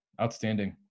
Outstanding